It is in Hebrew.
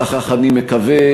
כך אני מקווה,